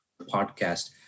podcast